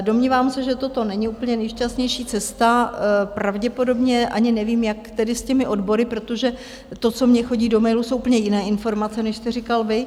Domnívám se, že toto není úplně nejšťastnější cesta, pravděpodobně ani nevím, jak tedy s těmi odbory, protože to, co mně chodí do mailu, jsou úplně jiné informace, než jste říkal vy.